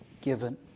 given